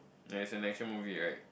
ya it's an action movie right